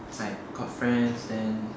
it's like got friends then